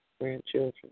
grandchildren